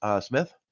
Smith